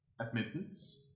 admittance